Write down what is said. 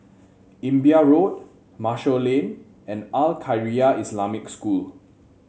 Imbiah Road Marshall Lane and Al Khairiah Islamic School